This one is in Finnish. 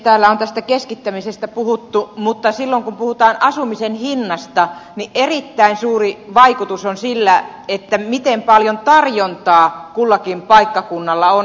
täällä on tästä keskittämisestä puhuttu mutta silloin kun puhutaan asumisen hinnasta erittäin suuri vaikutus on sillä miten paljon tarjontaa kullakin paikkakunnalla on